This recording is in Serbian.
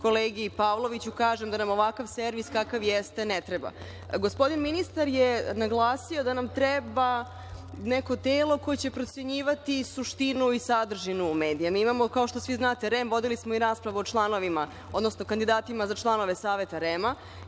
kolegi Pavloviću kažem da nam ovakav servis, kakav jeste, ne treba. Gospodin ministar je naglasio da nam treba neko telo koje će procenjivati suštinu i sadržinu u medijima. Mi imamo, kao što svi znate, REM, imali smo i raspravu o članovima, odnosno kandidatima za članove Saveta REM.